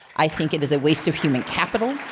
i think it is a waste of human capital.